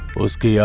let's go.